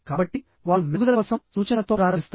కాబట్టి వారు మెరుగుదల కోసం సూచనలతో ప్రారంభిస్తారు